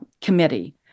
committee